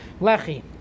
lechi